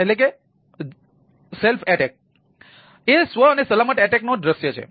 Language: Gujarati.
એ સ્વ અને સલામત અટેક નો દૃશ્ય છે